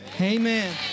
amen